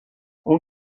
اون